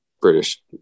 British